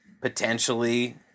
potentially